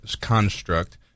construct